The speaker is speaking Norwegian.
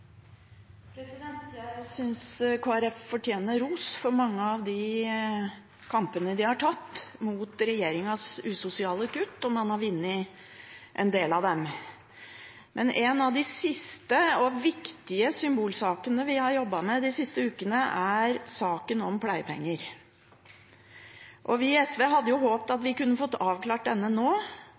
Jeg synes Kristelig Folkeparti fortjener ros for mange av de kampene de har tatt mot regjeringens usosiale kutt, og man har vunnet en del av dem. En av de siste og viktige symbolsakene vi har jobbet med de siste ukene, er saken om pleiepenger. Vi i SV hadde håpet at vi kunne få avklart dette nå,